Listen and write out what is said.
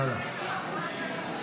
יוראי.